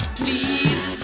please